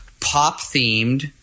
pop-themed